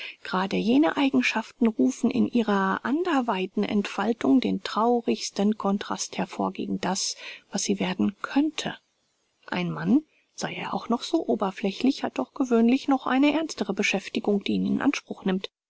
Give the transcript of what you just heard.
grade jene eigenschaften rufen in ihrer anderweiten entfaltung den traurigsten contrast hervor gegen das was sie werden könnte ein mann sei er auch noch so oberflächlich hat doch gewöhnlich noch eine ernstere beschäftigung die ihn in anspruch nimmt